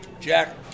Jack